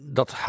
dat